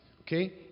okay